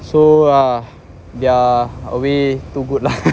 so !wah! they're way too good lah